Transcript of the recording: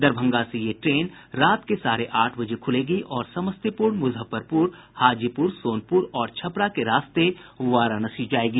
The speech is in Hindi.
दरभंगा से यह ट्रेन रात के साढ़े आठ बजे खुलेगी और समस्तीपुर मुजफ्फरपुर हाजीपुर सोनपुर और छपरा के रास्ते वाराणसी जायेगी